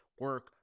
Work